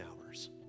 hours